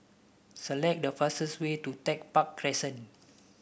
select the fastest way to Tech Park Crescent